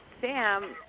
sam